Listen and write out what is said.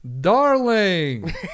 darling